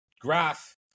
graph